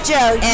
Joe